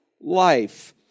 life